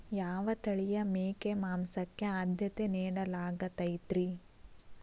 ಯಾವ ತಳಿಯ ಮೇಕೆ ಮಾಂಸಕ್ಕ, ಆದ್ಯತೆ ನೇಡಲಾಗತೈತ್ರಿ?